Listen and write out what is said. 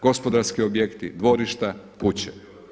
Gospodarski objekti, dvorišta, kuće.